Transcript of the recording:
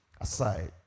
aside